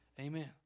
Amen